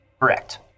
Correct